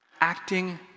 acting